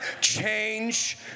Change